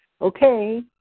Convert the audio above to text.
okay